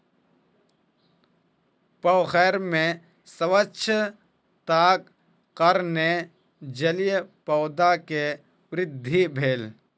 पोखैर में स्वच्छताक कारणेँ जलीय पौधा के वृद्धि भेल